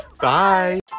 bye